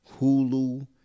Hulu